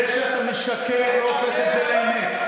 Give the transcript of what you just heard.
זה שאתה משקר לא הופך את זה לאמת,